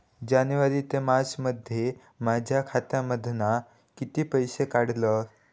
जानेवारी ते मार्चमध्ये माझ्या खात्यामधना किती पैसे काढलय?